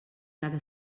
cada